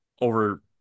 over